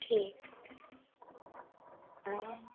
ठीक हाँ